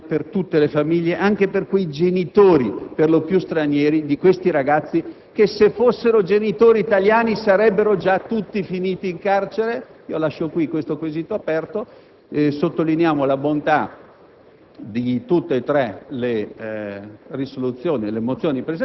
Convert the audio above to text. perché non facciamo rispettare la legge italiana che vale per tutte le famiglie, anche per quei genitori - per lo più stranieri - di questi ragazzi che, se fossero genitori italiani, sarebbero finiti già tutti in carcere? Lascio questo quesito aperto, sottolineando, nel